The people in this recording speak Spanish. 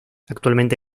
actualmente